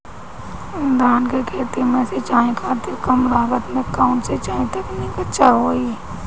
धान के खेती में सिंचाई खातिर कम लागत में कउन सिंचाई तकनीक अच्छा होई?